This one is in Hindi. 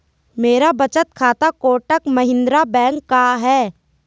मेरा बचत खाता कोटक महिंद्रा बैंक का है